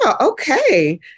okay